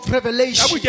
Revelation